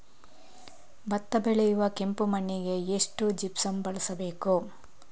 ಭತ್ತ ಬೆಳೆಯುವ ಕೆಂಪು ಮಣ್ಣಿಗೆ ಎಷ್ಟು ಜಿಪ್ಸಮ್ ಬಳಸಬೇಕು?